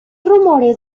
rumores